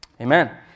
Amen